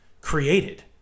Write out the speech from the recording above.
created